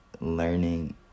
Learning